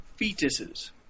fetuses